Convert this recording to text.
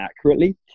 accurately